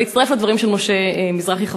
ולהצטרף לדברים של משה מזרחי,